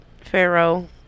Pharaoh